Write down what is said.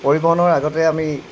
পৰিবহণৰ আগতে আমি